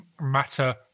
Matter